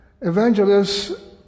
evangelists